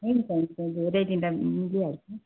हुन्छ हुन्छ धेरै दिँदा मिलिहाल्छ